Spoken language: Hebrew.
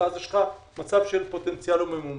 ואז יש לך מצב של פוטנציאל לא ממומש.